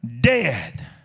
dead